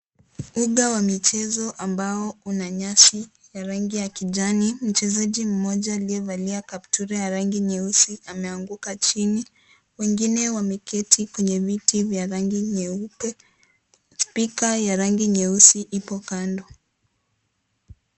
Uga Wa michezo ambao una nyasi ya rangi ya kijani, mchezaji mmoja ambaye amevalia kaptula ya rangi nyeusi ameanguka chini, wengine wameketi chini kwa viti vya rangi nyeupe spika ya rangi nyeusi ipo kando.